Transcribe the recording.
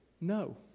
no